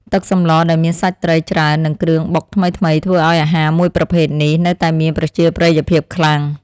ទឹកសម្លដែលមានសាច់ត្រីច្រើននិងគ្រឿងបុកថ្មីៗធ្វើឱ្យអាហារមួយប្រភេទនេះនៅតែមានប្រជាប្រិយភាពខ្លាំង។